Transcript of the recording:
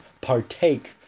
partake